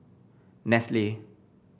Nestle